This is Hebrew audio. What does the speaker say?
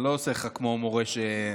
אני לא עושה לך כמו מורה, ממלכתיות.